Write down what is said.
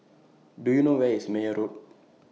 Do YOU know Where IS Meyer Road